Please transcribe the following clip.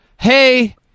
Hey